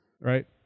right